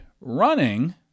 running